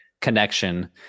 connection